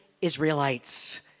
Israelites